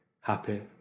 happy